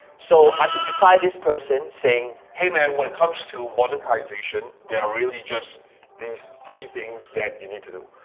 so i can reply this person saying, hey man, when it comes to monetization, there are really just these three things that you need to do,